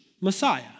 Messiah